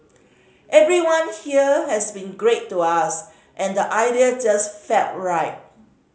everyone here has been great to us and the idea just felt right